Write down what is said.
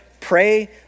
pray